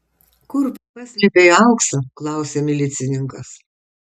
kur paslėpei auksą klausia milicininkas